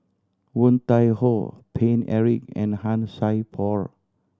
Woon Tai Ho Paine Eric and Han Sai Por